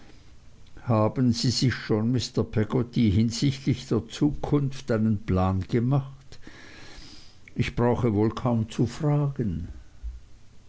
haben sie sich schon mr peggotty hinsichtlich der zukunft einen plan gemacht ich brauche wohl kaum zu fragen